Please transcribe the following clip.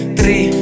Three